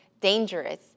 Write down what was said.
dangerous